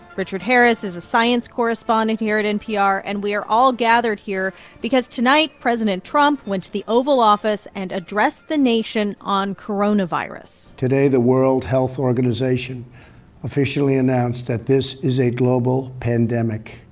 richard harris is a science correspondent here at npr. and we are all gathered here because tonight president trump went to the oval office and addressed the nation on coronavirus today the world health organization officially announced that this is a global pandemic.